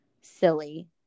silly